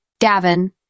Gavin